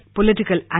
political